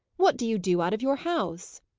what do you do out of your house?